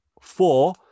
four